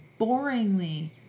boringly